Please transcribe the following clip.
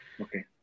Okay